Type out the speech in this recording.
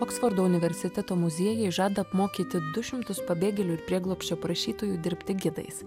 oksfordo universiteto muziejai žada apmokyti du šimtus pabėgėlių ir prieglobsčio prašytojų dirbti gidais